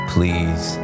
Please